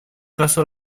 caso